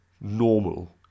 normal